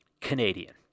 Canadian